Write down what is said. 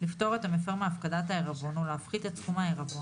בפועל תקופת הרישיון של הגוף נותן ההכשר,